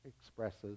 expresses